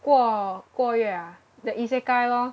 过过越 ah the isekai lor